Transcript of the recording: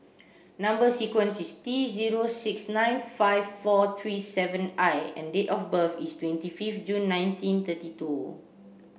number sequence is T zero six nine five four three seven I and date of birth is twenty fifth June nineteen thirty two